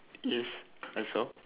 yes I saw